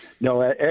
No